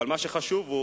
אבל מה שחשוב הוא